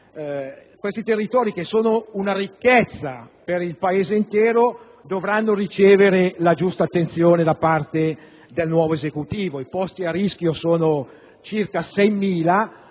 del Veneto, che sono una ricchezza per il Paese intero, dovranno ricevere la giusta attenzione da parte del nuovo Esecutivo. I posti di lavoro a rischio sono circa 6.000,